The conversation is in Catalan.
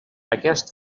aquest